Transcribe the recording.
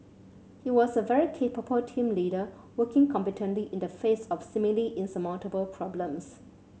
he was a very capable team leader working competently in the face of seemingly insurmountable problems